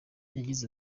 yagize